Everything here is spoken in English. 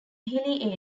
hilly